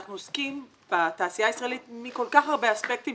אנחנו עוסקים בתעשייה הישראלית מכל כך הרבה אספקטים.